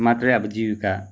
मात्रै अब जीविका